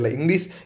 English